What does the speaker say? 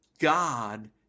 God